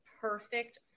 perfect